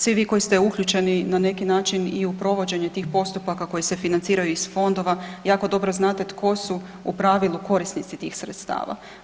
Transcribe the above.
Svi vi koji ste uključeni na neki način i u provođenje tih postupaka koji se financiraju iz fondova jako dobro znate tko su u pravilu korisnici tih sredstava.